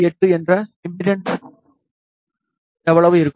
48 என்ற இம்பிடண்ஸ் எவ்வளவு இருக்கும்